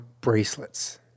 bracelets